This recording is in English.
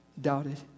doubted